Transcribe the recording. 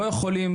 לא יכולים,